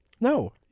No